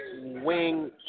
wing